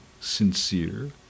sincere